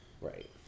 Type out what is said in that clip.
Right